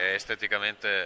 esteticamente